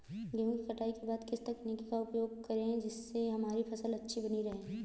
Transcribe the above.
गेहूँ की कटाई के बाद किस तकनीक का उपयोग करें जिससे हमारी फसल अच्छी बनी रहे?